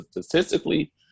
statistically